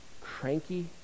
cranky